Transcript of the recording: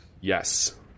Yes